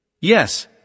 Yes